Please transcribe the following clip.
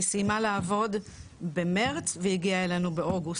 היא סיימה לעבוד במרץ והגיעה אלינו באוגוסט.